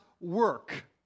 work